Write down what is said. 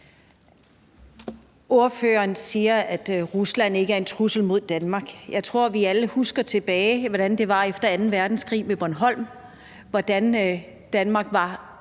Ordføreren siger, at Rusland ikke er en trussel imod Danmark. Jeg tror, vi alle husker tilbage til, hvordan det var efter anden verdenskrig med Bornholm, hvordan Danmark var